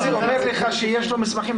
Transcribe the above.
חזי אומר לך שיש לו מסמכים,